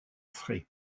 frais